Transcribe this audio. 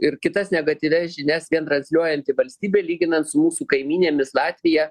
ir kitas negatyvias žinias vien transliuojanti valstybė lyginant su mūsų kaimynėmis latvija